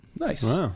Nice